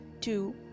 two